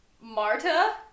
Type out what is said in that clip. Marta